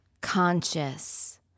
conscious